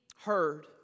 heard